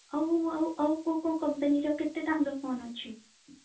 ଆଉ ଆଉ ଆଉ କେଉଁ କେଉଁ କମ୍ପାନୀର କେତେ ଦାମ୍ର ଫୋନ୍ ଅଛି